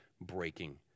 breaking